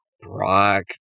Brock